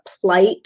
plight